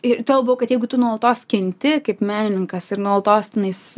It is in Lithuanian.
ir tuo labiau kad jeigu tu nuolatos kenti kaip menininkas ir nuolatos tenais